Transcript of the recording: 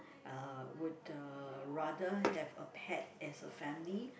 uh would rather have a pet as a family